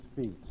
feet